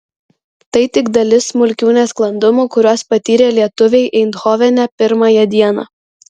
tai tik dalis smulkių nesklandumų kuriuos patyrė lietuviai eindhovene pirmąją dieną